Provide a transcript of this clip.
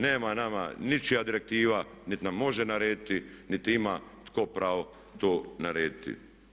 Nema nama ničija direktiva niti nam može narediti niti ima tko pravo to narediti.